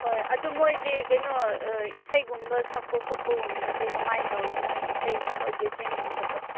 ꯍꯣꯏ ꯑꯗꯨ ꯃꯣꯏꯗꯤ ꯀꯩꯅꯣ ꯑꯥ ꯏꯁꯩꯒꯨꯝꯕ ꯁꯛꯄ ꯈꯣꯠꯄꯒꯨꯝꯕꯁꯦ ꯀꯃꯥꯏꯅ ꯇꯧꯒꯦ ꯃꯣꯏ ꯏꯁꯩꯒꯨꯝꯕ ꯒꯦꯗ꯭ꯔꯤꯡꯒꯨꯝꯕ